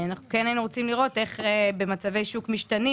היינו רוצים לראות איך במצבי שוק משתנים,